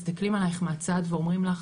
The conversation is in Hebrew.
מסתכלים עליך מהצד ואומרים לך,